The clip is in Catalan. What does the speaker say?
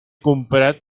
comprat